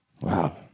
Wow